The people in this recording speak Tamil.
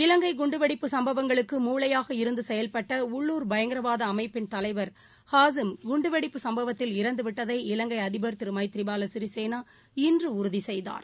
இலங்கைகுண்டுவெடிப்பு இருந்துசெயல்பட்ட உள்ளூர் பயங்கரவாதஅமைப்பின் தலைவர் ஹாஸிம் குண்டுவெடிப்பு சம்பவத்தில் இறந்துவிட்டதை இலங்கைஅதிபர் திருமைத்ரிபாலசிறிசேனா இன்றுஉறுதிசெய்தார்